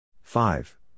Five